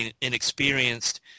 inexperienced